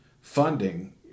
funding